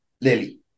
Lily